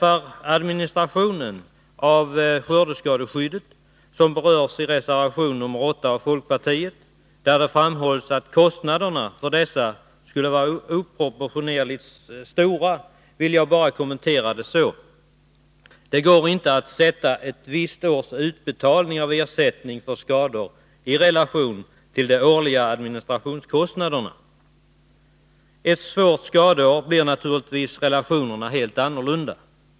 Administrationen av skördeskadeskyddet berörs i reservation nr 8 från folkpartiet. Där framhålls att kostnaderna skulle vara oproportionerligt stora. Jag vill kommentera det påståendet sålunda: Det går inte att sätta ett visst års utbetalning av ersättning för skador i relation till de årliga administrationskostnaderna. Ett år med svåra skador blir naturligtvis relationerna helt annorlunda.